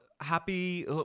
happy